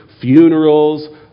funerals